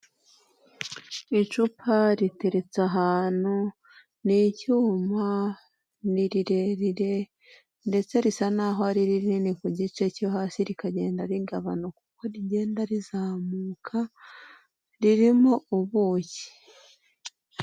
Icupa riteretse ahantu, ni icyuma, ni rirerire ndetse risa n'aho ari rinini ku gice cyo hasi rikagenda rigabanuka kuko rigenda rizamuka, ririmo ubuki.